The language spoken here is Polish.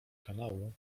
kanału